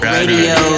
Radio